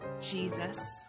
Jesus